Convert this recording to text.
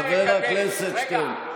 רגע,